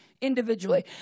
individually